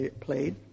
played